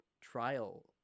trial